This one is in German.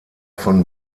von